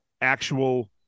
actual